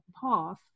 path